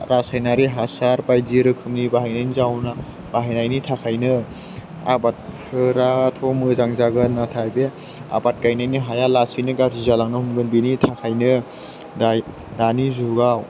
रासायनारि हासार बायदि रोखोमनि बाहायनायनि जाहोनाव बाहायनायनि थाखायनो आबादफोराथ' मोजां जागोन नाथाय बे आबाद गायनायनि हाया लासैनो गाज्रि जालांनो हमगोन बेनि थाखायनो दानि जुगाव